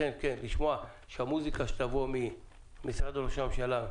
לשמוע את המוסיקה שתבוא ממשרד ראש הממשלה,